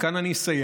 וכאן אני אסיים,